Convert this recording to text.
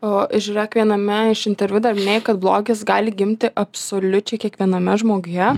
o žiūrėk viename iš interviu dar nei kad blogis gali gimti absoliučiai kiekviename žmoguje